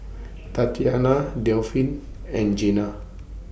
Tatyanna Delphine and Jena